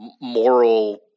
moral